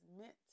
meant